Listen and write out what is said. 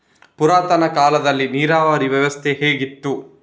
ಪುರಾತನ ಕಾಲದಲ್ಲಿ ನೀರಾವರಿ ವ್ಯವಸ್ಥೆ ಹೇಗಿತ್ತು?